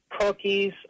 cookies